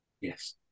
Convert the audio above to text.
Yes